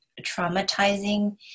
traumatizing